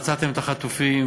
מצאתם את החטופים,